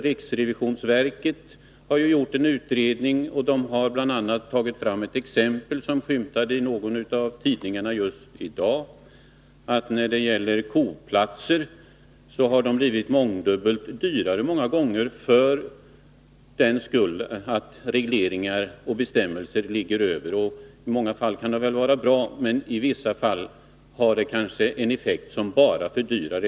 Riksrevisionsverket har gjort en utredning och har bl.a. tagit fram ett exempel, som skymtade i någon av tidningarna just i dag, som visar att koplatser har blivit mångdubbelt dyrare på grund av regleringar och bestämmelser. I många fall kan de vara bra, men i vissa fall har de en effekt som bara fördyrar.